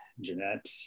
Jeanette